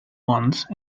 once